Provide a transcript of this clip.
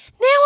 now